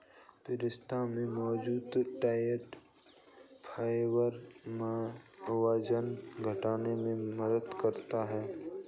पिस्ता में मौजूद डायट्री फाइबर वजन घटाने में मदद करते है